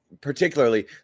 particularly